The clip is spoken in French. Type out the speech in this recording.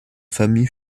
famille